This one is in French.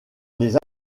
les